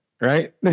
right